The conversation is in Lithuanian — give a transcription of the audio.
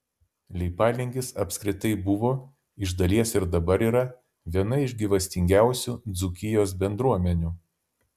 leipalingis apskritai buvo iš dalies ir dabar yra viena iš gyvastingiausių dzūkijos bendruomenių